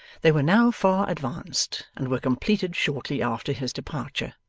they were now far advanced, and were completed shortly after his departure.